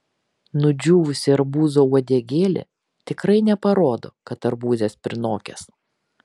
nudžiūvusi arbūzo uodegėlė tikrai neparodo kad arbūzas prinokęs